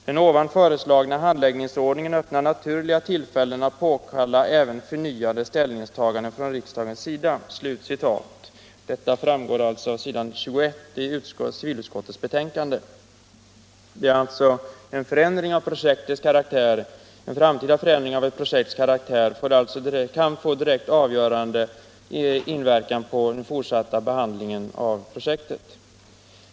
Den ovan föreslagna handläggningsordningen öppnar naturliga tillfällen att påkalla även förnyade ställningstaganden från riksdagens sida.” En framtida förändring av ett projekts karaktär kan alltså få direkt avgörande inverkan på den fortsatta behandlingen av projektet.